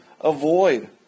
avoid